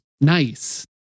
nice